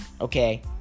okay